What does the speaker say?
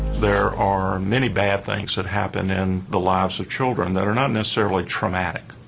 there are many bad things that happen in the lives of children that are not necessarily traumatic.